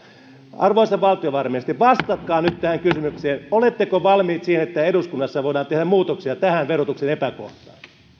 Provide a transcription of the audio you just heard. arvoisa valtiovarainministeri vastatkaa nyt tähän kysymykseen oletteko valmiit siihen että eduskunnassa voidaan tehdä muutoksia tähän verotuksen epäkohtaan